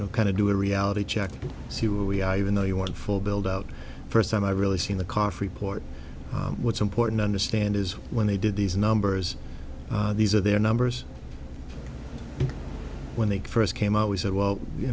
know kind of do a reality check to see where we are even though you want full build out first time i really seen the car freeport what's important to understand is when they did these numbers these are their numbers when they first came out we said well you